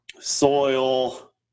soil